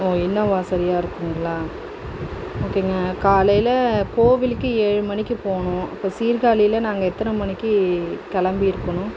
ஓ இன்னும் வசதியாக இருக்குங்களா ஓகேங்க காலையில கோவிலுக்கு ஏழு மணிக்கு போகணும் அப்போ சீர்காழியில நாங்கள் எத்தனை மணிக்கு கிளம்பி இருக்கணும்